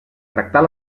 tractar